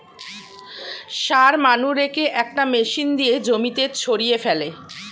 সার মানুরেকে একটা মেশিন দিয়ে জমিতে ছড়িয়ে ফেলে